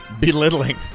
belittling